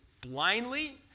blindly